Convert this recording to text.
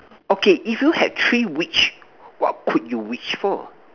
okay if you had three wish what could you wish for